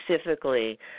specifically